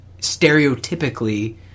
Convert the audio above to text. stereotypically